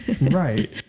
Right